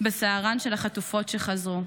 בשערן של החטופות שחזרו.